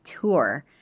tour